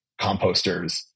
composters